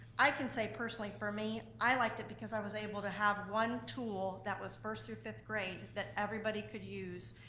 i can say personally for me, i liked it because i was able to have one tool that was first through fifth grade that everybody could use.